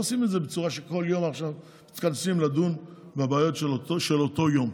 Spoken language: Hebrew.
לא עושים את זה בצורה שכל יום עכשיו מתכנסים לדון בבעיות של אותו יום.